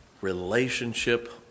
relationship